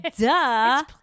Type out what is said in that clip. Duh